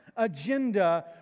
Agenda